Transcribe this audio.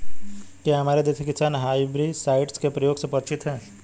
क्या हमारे देश के किसान हर्बिसाइड्स के प्रयोग से परिचित हैं?